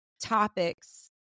topics